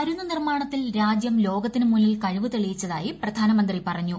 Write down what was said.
മരുന്നുനിർമാണത്തിൽ രാജ്യം ലോകത്തിന് മുന്നിൽ കഴിവ് തെളിയിച്ചതായി പ്രധാനമന്ത്രി പറഞ്ഞു